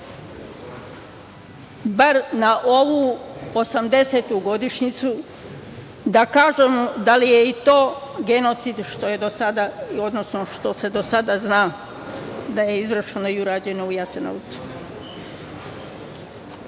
Bar na ovu osamdesetogodišnjicu da kažemo da li je i to genocid što se do sada zna da izvršeno i urađeno u Jasenovcu.Za